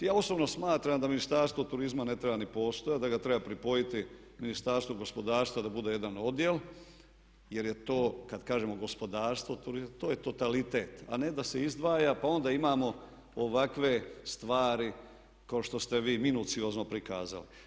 Ja osobno smatram da Ministarstvo turizma ne treba ni postojati, da ga treba pripojiti Ministarstvu gospodarstva da bude jedan odjel jer je to kada kažemo gospodarstvo, to je totalitet a ne da se izdvaja pa onda imamo ovakve stvari kao što ste vi minuciozno prikazali.